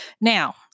Now